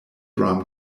drum